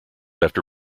after